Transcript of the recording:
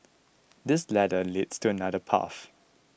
this ladder leads to another path